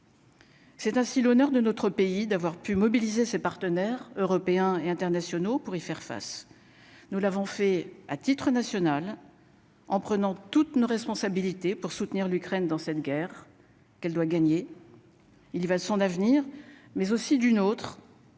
C'est ainsi l'honneur de notre pays d'avoir pu mobiliser ses partenaires européens et internationaux pour y faire face, nous l'avons fait à titre national en prenant toutes nos responsabilités pour soutenir l'Ukraine dans cette guerre qu'elle doit gagner il y va de son avenir, mais aussi d'une